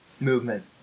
Movement